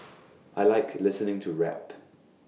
I Like listening to rap